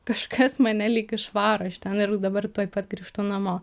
kažkas mane lyg išvaro iš ten ir dabar tuoj pat grįžtu namo